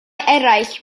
eraill